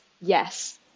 Yes